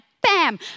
bam